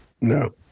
No